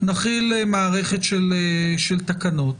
נחיל מערכת של תקנות,